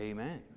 Amen